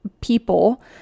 people